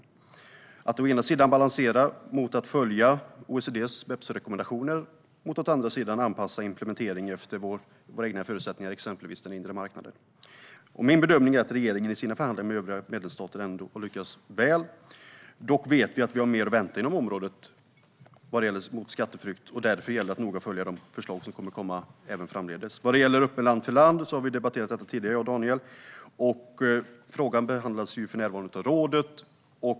Det handlar om att å ena sidan balansera mellan att följa OECD:s BEPS-rekommendationer och å andra sidan anpassa implementering efter våra egna förutsättningar, exempelvis den inre marknaden. Min bedömning är att regeringen i sina förhandlingar med övriga medlemsstater ändå har lyckats väl. Dock vet vi att vi har mer att vänta inom området skatteflykt, och därför gäller det att noga följa de förslag som kommer att komma även framdeles. Dokumentation vid internprissättning och land-för-land-rapportering på skatteområdet Den öppna land-för-land-rapporteringen har Daniel och jag debatterat tidigare. Frågan behandlas för närvarande av rådet.